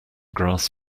grass